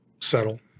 settle